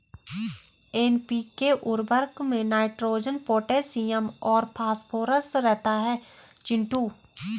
NPK उर्वरक में nitrogen potassium और फास्फोरस रहता है चिंटू